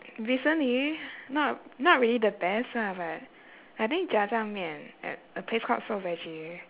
recently not not really the best lah but I think 炸酱面 at a place called soul veggie